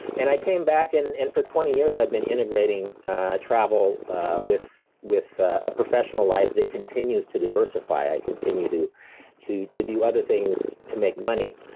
and i came back, and and for twenty years, i've been integrating travel with with a professional life that continues to diversify. i continue to to do other things to make money,